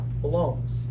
belongs